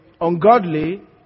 ungodly